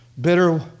bitter